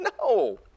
No